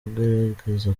ugerageza